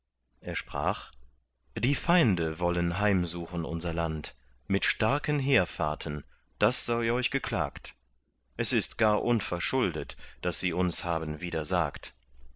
er sprach die feinde wollen heimsuchen unser land mit starken heerfahrten das sei euch geklagt es ist gar unverschuldet daß sie uns haben